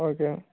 okay